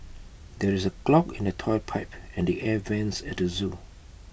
there is A clog in the Toilet Pipe and the air Vents at the Zoo